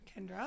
Kendra